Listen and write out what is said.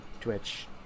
Twitch